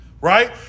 right